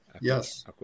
Yes